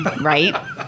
right